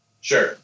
Sure